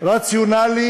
רציונלי,